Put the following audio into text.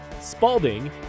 Spalding